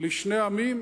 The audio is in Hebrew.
לשני העמים.